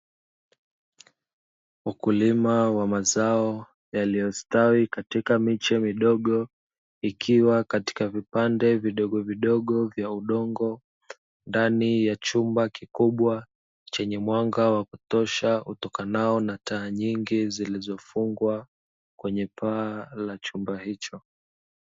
Wakulima wa mazao yaliyostawi katika miche midogo ikiwa katika vipande vidogo vidogo vya udongo ndani ya chumba kikubwa chenye mwanga wa kutosha utokanao na taa nyingi zilizofungwa kwenye paa la chumba hicho .